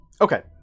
Okay